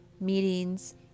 meetings